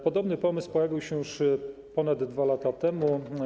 Podobny pomysł pojawił się już ponad 2 lata temu.